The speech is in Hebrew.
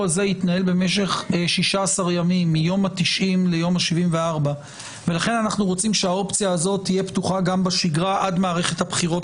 לנהל אותו שבו יהיו אותן 150,000 כתובות לצורכי בחירות